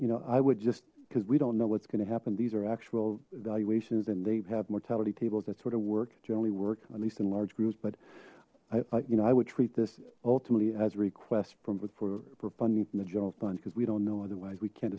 you know i would just because we don't know what's going to happen these are actual evaluations and they have mortality tables that sort of work generally work at least in large groups but i you know i would treat this ultimately as a request from before for funding from the general fund because we don't know otherwise we can't